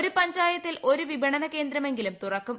ഒരു പഞ്ചായത്തിൽ ഒരു വിപണനകേന്ദ്രമെങ്കിലും തുറക്കും